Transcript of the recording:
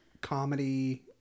comedy